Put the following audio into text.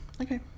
Okay